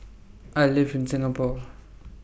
I live in Singapore